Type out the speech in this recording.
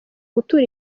gutura